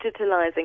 digitalizing